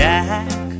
Jack